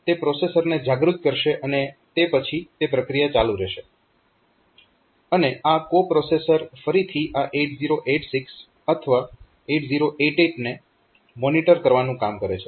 તે પ્રોસેસરને જાગૃત કરશે અને તે પછી તે પ્રક્રિયા ચાલુ રહેશે અને આ કો પ્રોસેસર ફરીથી 8086 અથવા 8088 ને મોનિટર કરવાનું કામ કરે છે